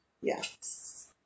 Yes